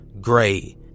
gray